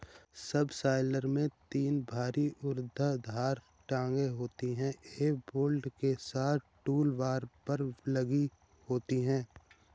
subsoiler में तीन भारी ऊर्ध्वाधर टांगें होती हैं, यह बोल्ट के साथ टूलबार पर लगी होती हैं